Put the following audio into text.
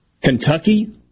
Kentucky